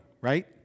Right